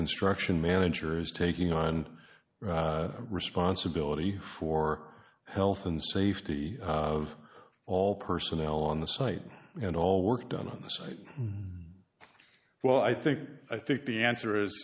construction manager is taking on responsibility for health and safety of all personnel on the site and all work done on the site well i think i think the answer is